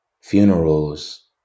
funerals